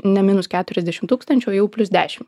ne minus keturiasdešim tūkstančių o jau plius dešim